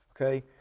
Okay